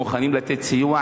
מוכנים לתת סיוע,